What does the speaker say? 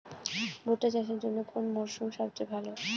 ভুট্টা চাষের জন্যে কোন মরশুম সবচেয়ে ভালো?